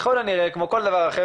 ככל הנראה כמו כל דבר אחר,